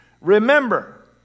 Remember